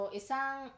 isang